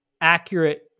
accurate